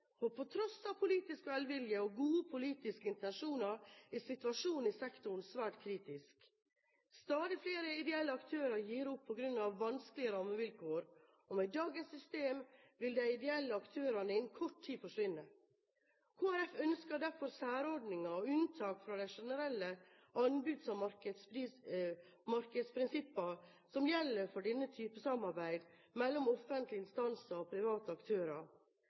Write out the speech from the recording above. For på tross av politisk velvilje og gode politiske intensjoner, er situasjonen i sektoren svært kritisk. Stadig flere ideelle aktører gir opp på grunn av vanskelige rammevilkår, og med dagens system vil de ideelle aktørene innen kort tid forsvinne. Kristelig Folkeparti ønsker derfor særordninger og unntak fra de generelle anbuds- og markedsprinsippene som gjelder for denne type samarbeid mellom offentlige instanser og private aktører.